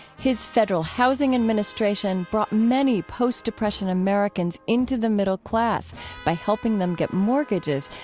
his federal housing administration brought many post-depression americans into the middle-class by helping them get mortgages,